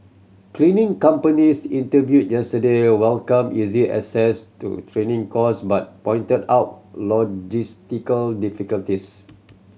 cleaning companies interviewed yesterday welcomed easy access to training course but pointed out logistical difficulties